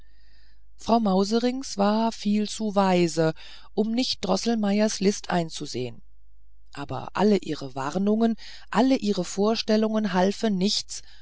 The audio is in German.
frau mauserinks war viel zu weise um nicht droßelmeiers list einzusehen aber alle ihre warnungen alle ihre vorstellungen halfen nichts